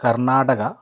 Karnataka